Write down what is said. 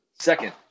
Second